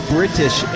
British